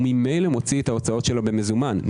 ממילא מוציא את ההוצאות שלו במזומן.